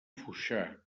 foixà